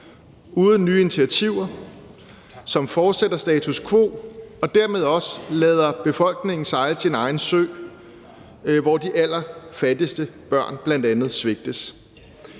uden nye initiativer, som fortsætter status quo og dermed også lader befolkningen sejle sin egen sø, og hvor bl.a. de allerfattigste børn svigtes.